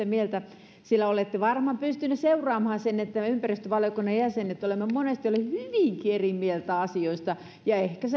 mieltä sillä olette varmaan pystyneet seuraamaan sitä että me ympäristövaliokunnan jäsenet olemme monesti olleet hyvinkin eri mieltä asioista ehkä